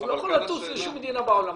הוא לא יכול לטוס לשום מדינה בעולם.